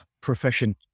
profession